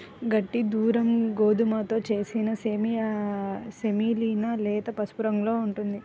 గట్టి దురుమ్ గోధుమతో చేసిన సెమోలినా లేత పసుపు రంగులో ఉంటుంది